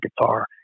guitar